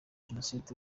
jenoside